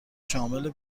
شامل